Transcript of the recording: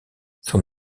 son